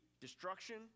destruction